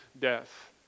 death